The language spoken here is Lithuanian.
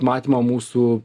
matymą mūsų